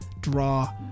draw